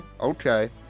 Okay